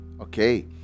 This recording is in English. Okay